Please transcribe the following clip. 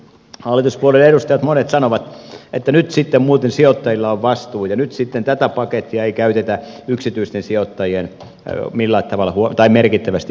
hallituspuolueiden edustajat monet sanovat että nyt sitten muuten sijoittajilla on vastuu ja nyt sitten tätä pakettia ei käytetä yksityisten sijoittajien merkittävään huomioimiseen